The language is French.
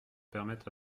permettre